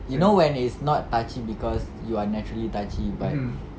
you know when it's not touchy cause you are naturally touchy but